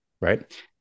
Right